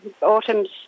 autumn's